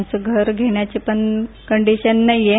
आमची घर घेण्याचीही कंडिशन नाहीये